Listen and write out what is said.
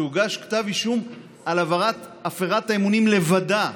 שהוגש כתב אישום על עברת הפרת האמונים לבדה,